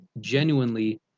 genuinely